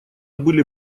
были